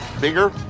bigger